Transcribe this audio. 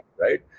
right